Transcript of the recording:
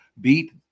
beat